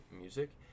music